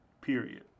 Period